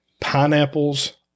pineapples